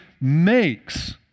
makes